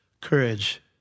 courage